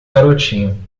garotinho